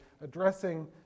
addressing